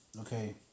Okay